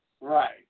Right